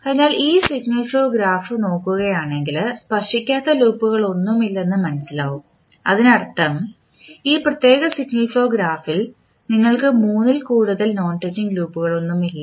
അതിനാൽ ഈ signal flow graph നോക്കുകയാണെങ്കിൽ സ്പർശിക്കാത്ത ലൂപ്പുകളൊന്നുമില്ലെന്ന് മനസ്സിലാവും അതിനർത്ഥം ഈ പ്രത്യേക സിഗ്നൽ ഫ്ലോ ഗ്രാഫിൽ നിങ്ങൾക്ക് മൂന്നിൽ കൂടുതൽ നോൺ ടച്ചിംഗ് ലൂപ്പുകളൊന്നുമില്ല